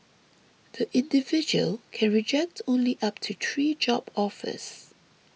the individual can reject only up to three job offers